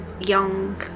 young